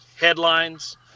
headlines